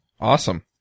Awesome